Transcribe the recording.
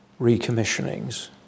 recommissionings